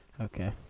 Okay